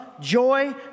joy